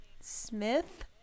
Smith